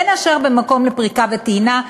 בין השאר במקום לפריקה וטעינה.